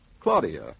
Claudia